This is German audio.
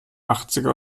achtziger